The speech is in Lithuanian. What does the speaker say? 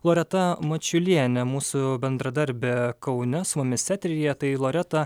loreta mačiulienė mūsų bendradarbė kaune su mumis eteryje loreta